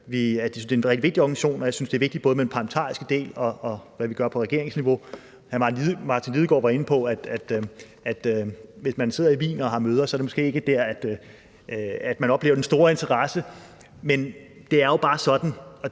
det er en rigtig vigtig organisation, og jeg synes, det er vigtigt med både den parlamentariske del, og hvad vi gør på regeringsniveau. Hr. Martin Lidegaard var inde på, at hvis man sidder i Wien og har møder, er det måske ikke der, at man oplever den store interesse. Men det er jo bare sådan,